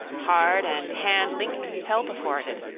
hard and hand-linked, help afforded,